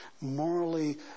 morally